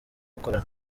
gukorana